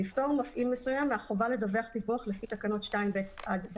לפטור מפעיל מסוים מהחובה לדווח דיווח לפי תקנות 2(ב) עד (ד),